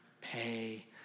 pay